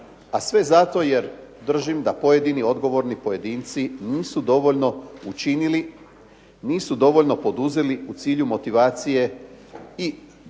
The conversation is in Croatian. a sve zato jer držim da pojedini odgovorni pojedinci nisu dovoljno učinili, nisu dovoljno poduzeli u cilju motivacije i obrazovanja